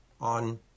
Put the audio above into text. on